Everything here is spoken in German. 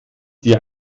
dir